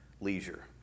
leisure